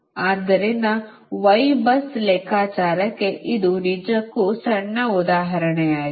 ಆದ್ದರಿಂದ Y bus ಲೆಕ್ಕಾಚಾರಕ್ಕೆ ಇದು ನಿಜಕ್ಕೂ ಸಣ್ಣ ಉದಾಹರಣೆಯಾಗಿದೆ